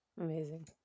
Amazing